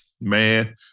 Man